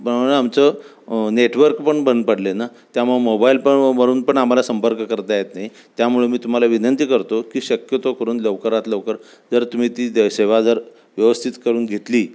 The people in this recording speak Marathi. प्रमाणे आमचं नेटवर्क पण बंद पडले ना त्यामुळे मोबाईल पण वरून पण आम्हाला संपर्क करता येत नाही त्यामुळे मी तुम्हाला विनंती करतो की शक्यतो करून लवकरात लवकर जर तुम्ही ती सेवा जर व्यवस्थित करून घेतली